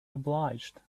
obliged